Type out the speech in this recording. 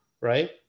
Right